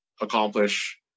accomplish